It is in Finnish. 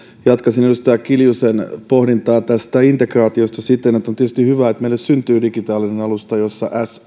jatkaisin edustaja kiljusen pohdintaa tästä integraatiosta siten että on tietysti hyvä että meille syntyy digitaalinen alusta jossa so